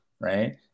right